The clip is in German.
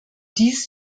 dies